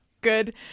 Good